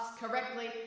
correctly